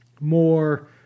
more